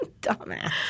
Dumbass